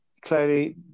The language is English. clearly